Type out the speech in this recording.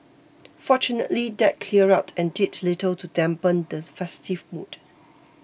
fortunately that cleared up and did little to dampen the festive mood